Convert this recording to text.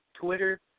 Twitter